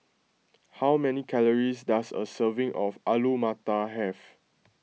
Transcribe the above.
how many calories does a serving of Alu Matar have